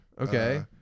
Okay